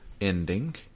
ending